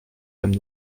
femme